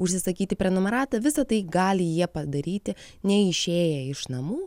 užsisakyti prenumeratą visa tai gali jie padaryti neišėję iš namų